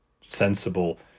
sensible